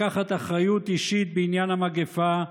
לקחת אחריות אישית בעניין המגפה,